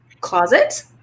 closet